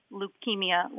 leukemia